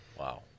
Wow